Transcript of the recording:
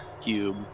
cube